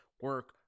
Work